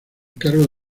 cargo